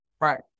Right